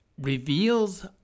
reveals